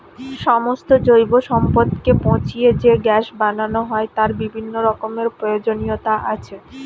সমস্ত জৈব সম্পদকে পচিয়ে যে গ্যাস বানানো হয় তার বিভিন্ন রকমের প্রয়োজনীয়তা আছে